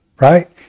right